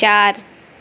चार